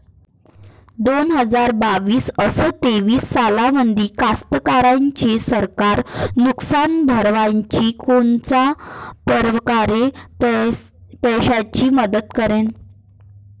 दोन हजार बावीस अस तेवीस सालामंदी कास्तकाराइले सरकार नुकसान भरपाईची कोनच्या परकारे पैशाची मदत करेन?